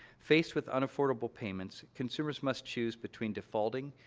faced with unaffordable payments, consumers must choose between defaulting,